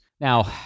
Now